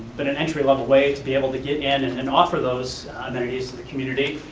but an entry-level way to be able to get in and and offer those amenities to the community,